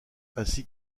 ainsi